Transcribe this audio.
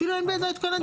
אפילו אין בידיו את כל.